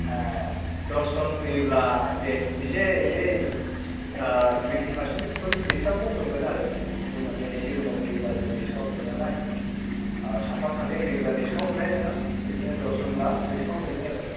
ए दसजोन फैयोब्ला दे एसे एनै टुवेन्टि पारसेन्टफोर डिस्काउन्टखौ मोनगोन आरो जि माने एसे गोबां फैब्ला जों डिस्काउन्टखौ होयो नालाय औ साफा सानै फैब्ला डिस्काउन्ट मोननाय नङा बिदिनो दसजोनब्ला डिस्काउन्ट मोनगोन आरो